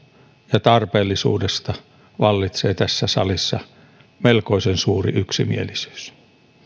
ja tarpeellisuudesta vallitsee tässä salissa melkoisen suuri yksimielisyys